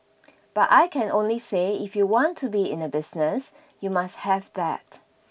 but I can only say if you want to be in the business you must have that